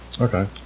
okay